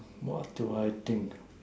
what do I think